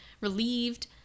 Relieved